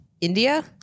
India